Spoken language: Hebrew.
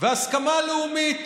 והסכמה לאומית,